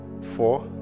four